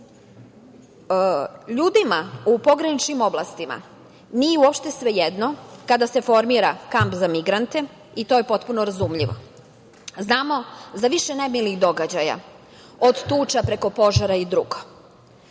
stanju. Ljudima u pograničnim oblastima nije uopšte svejedno kada se formira kamp za migrante i to je potpuno razumljivo. Znamo za više nemilih događaja, od tuča, preko požara i drugo.U